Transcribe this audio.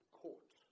court